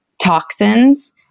toxins